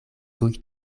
tuj